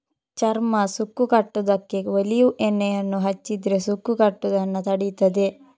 ಚರ್ಮ ಸುಕ್ಕು ಕಟ್ಟುದಕ್ಕೆ ಒಲೀವ್ ಎಣ್ಣೆಯನ್ನ ಹಚ್ಚಿದ್ರೆ ಸುಕ್ಕು ಕಟ್ಟುದನ್ನ ತಡೀತದೆ